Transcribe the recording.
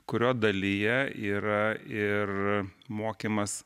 kurio dalyje yra ir mokymas